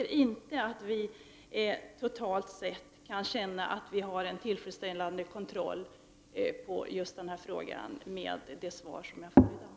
Jag menar att vi, utifrån det svar jag har fått i dag, inte kan känna att vi totalt sett har en tillfredsställande kontroll när det gäller just denna fråga.